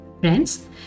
Friends